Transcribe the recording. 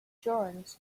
drawings